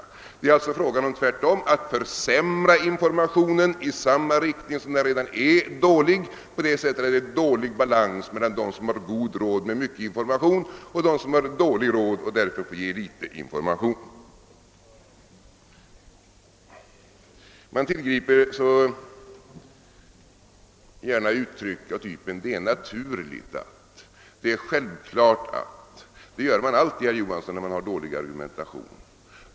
Här är det alltså tvärtom fråga om att försämra informationen i samma riktning som den redan är dålig på det sättet, att det råder dålig balans mellan dem som har god råd och kan ge mycken information och dem som har dålig råd och därför får ge mindre information. Man tillgriper gärna, herr Johansson, uttryck av typen »det är naturligt att«, »det är självklart att«, då man har dåliga argument.